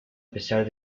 pesar